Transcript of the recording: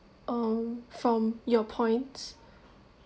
um from your points